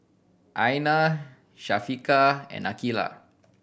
Aina Syafiqah and Aqilah